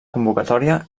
convocatòria